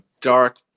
dark